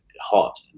hot